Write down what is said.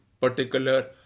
particular